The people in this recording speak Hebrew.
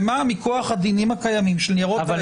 ומה מכוח הדינים הקיימים של ניירות ערך.